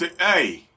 Hey